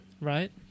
right